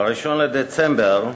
ב-1 בדצמבר 2014,